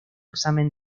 examen